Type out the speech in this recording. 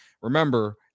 remember